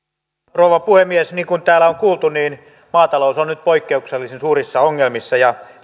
rouva puhemies niin kuin täällä on kuultu maatalous on nyt poikkeuksellisen suurissa ongelmissa ja